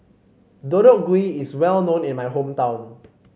Deodeok Gui is well known in my hometown